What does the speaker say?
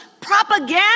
propaganda